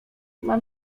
mam